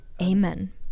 Amen